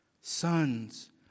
Sons